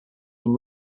from